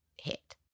hit